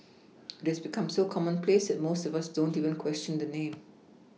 this become so commonplace that most of us don't even question the name